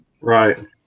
Right